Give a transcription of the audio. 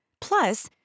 Plus